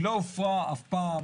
היא לא הופרה אף פעם,